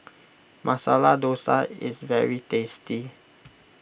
Masala Dosa is very tasty